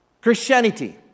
Christianity